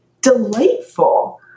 delightful